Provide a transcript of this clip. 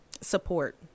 Support